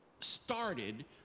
started